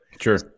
Sure